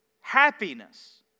happiness